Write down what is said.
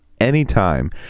anytime